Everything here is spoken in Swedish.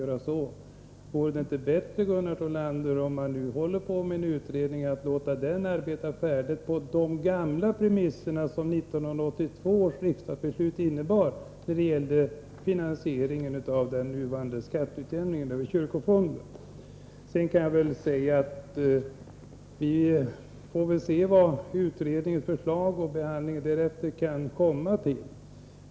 När man nu håller på med en utredning vore det då inte bättre, Gunnar Thollander, att låta den arbeta färdigt enligt de gamla premisser som 1982 års riksdagsbeslut innebar när det gällde finansieringen av den nuvarande skatteutjämningen över kyrkofonden? Vi får väl se vad utredningens förslag innebär och vad behandlingen därefter kan ge för resultat.